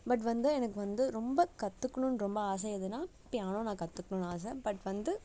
but வந்து எனக்கு வந்து ரொம்ப கற்றுக்கணுன்னு ரொம்ப ஆசை எதுன்னா பியானோ நான் கற்றுக்கணுன்னு ஆசை பட் வந்து